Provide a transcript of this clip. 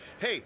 hey